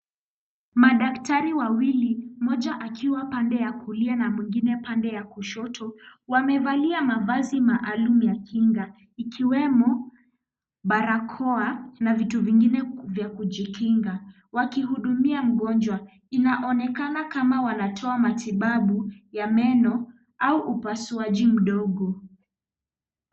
Madaktari wawili mmoja akiwa pande ya kulia na mwingine pande ya kushoto, wamevalia mavazi mavazi maalum ya kinga ikiwemo barakoa na vitu vingine vya kujikinga wakihudumia mgonjwa. Inaonekana wanatoa matibabu ya meno au upasuaji mdogo.